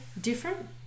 different